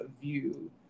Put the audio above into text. view